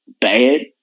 bad